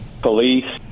Police